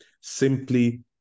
Simply